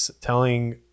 telling